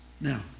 Now